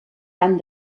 tant